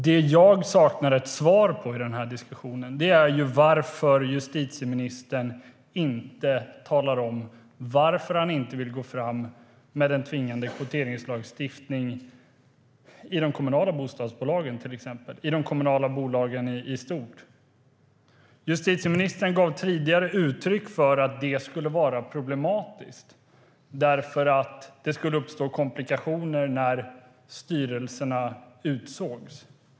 Det jag saknar ett svar på i den här diskussionen är varför justitieministern inte vill gå fram med en tvingande kvoteringslagstiftning till exempel i de kommunala bostadsbolagen och i de kommunala bolagen i stort. Justitieministern gav tidigare uttryck för att det skulle vara problematiskt, eftersom det skulle uppstå komplikationer när styrelserna utsågs.